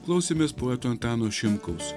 klausėmės poeto antano šimkaus